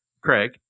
Craig